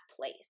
place